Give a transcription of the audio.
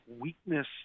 weakness